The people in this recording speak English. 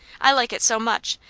i like it so much,